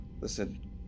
Listen